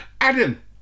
Adam